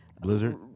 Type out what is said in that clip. Blizzard